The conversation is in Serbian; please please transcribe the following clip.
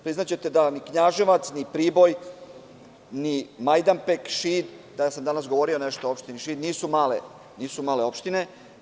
Priznaćete da ni Knjaževac, ni Priboj, ni Majdanpek, Šid, ja sam danas govorio nešto o opštini Šid, nisu male opštine.